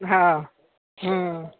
हँ हूँ